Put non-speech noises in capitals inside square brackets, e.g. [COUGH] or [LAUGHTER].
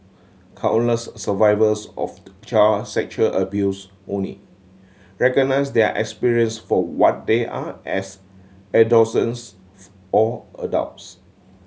countless survivors of [UNINTELLIGIBLE] child sexual abuse only recognise their experience for what they are as [UNINTELLIGIBLE] or adults